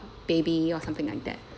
baby or something like that